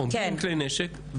עומדים עם כלי נשק,